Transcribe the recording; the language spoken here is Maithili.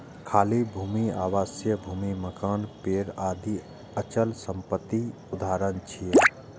खाली भूमि, आवासीय भूमि, मकान, पेड़ आदि अचल संपत्तिक उदाहरण छियै